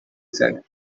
said